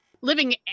living